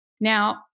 Now